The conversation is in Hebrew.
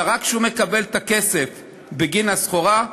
אלא רק כשהוא מקבל את הכסף בגין הסחורה,